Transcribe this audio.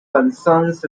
concerns